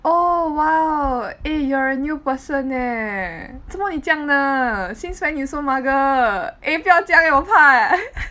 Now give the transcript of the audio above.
oh !wow! eh you're a new person eh 做么你这样的 since when you so mugger eh 不要这样 eh 我怕